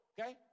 okay